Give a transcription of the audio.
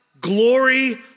glory